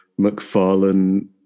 McFarlane